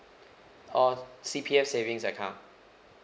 oh C_P_F savings account